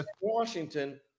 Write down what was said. Washington